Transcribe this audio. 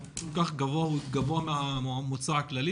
הוא גבוה מן הממוצע הכללי.